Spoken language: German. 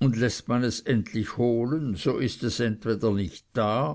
und läßt man es endlich holen so ist es entweder nicht da